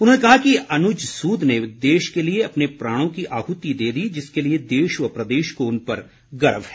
उन्होंने कहा कि अनुज सूद ने देश के लिए अपने प्राणों की आहुती दे दी जिसके लिए देश व प्रदेश को उन पर गर्व है